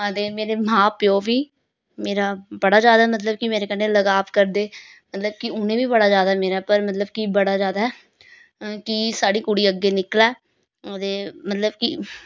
आं ते मां प्यो बी मेरा बड़ा ज्यादा मतलब कि मेरे कन्नै लगाव करदे मतलब कि उनें बी बड़ा ज्यादा मतलब कि बड़ा ज्यादा कि साढ़ी कुड़ी अग्गें निकलै ते मतलब कि